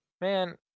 man